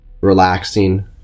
relaxing